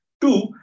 Two